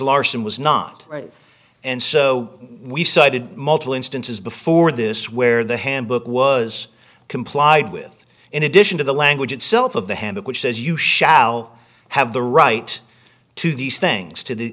larson was not right and so we cited multiple instances before this where the handbook was complied with in addition to the language itself of the hammock which says you shall have the right to these things to